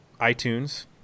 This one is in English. iTunes